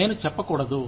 నేను చెప్పకూడదు